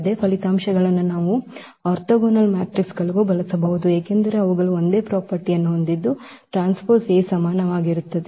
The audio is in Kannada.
ಅದೇ ಫಲಿತಾಂಶಗಳನ್ನು ನಾವು ಆರ್ಥೋಗೋನಲ್ ಮ್ಯಾಟ್ರಿಕ್ಸ್ಗಳಿಗೂ ಬಳಸಬಹುದು ಏಕೆಂದರೆ ಅವುಗಳು ಒಂದೇ ಪ್ರಾಪರ್ಟಿಯನ್ನು ಹೊಂದಿದ್ದು ಟ್ರಾನ್ಸ್ಪೋಸ್ A ಸಮನಾಗಿರುತ್ತದೆ